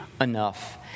enough